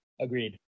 Agreed